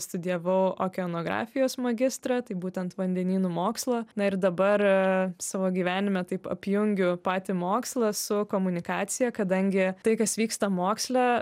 studijavau okeanografijos magistrą tai būtent vandenynų mokslo na ir dabar savo gyvenime taip apjungiu patį mokslą su komunikacija kadangi tai kas vyksta moksle